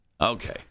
Okay